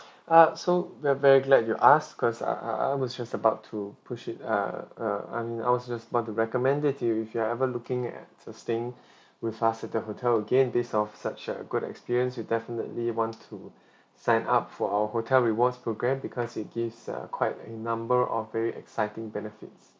uh so we're very glad you asked cause uh I I I was just about to push it uh uh I mean I was just about to recommend it to you if you are ever looking at for staying with us at the hotel again based off such a good experience you definitely want to sign up for our hotel rewards programme because it gives uh quite a number of very exciting benefits